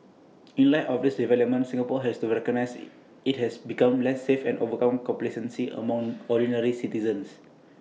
in light of these developments Singapore has to recognise IT has become less safe and overcome complacency among ordinary citizens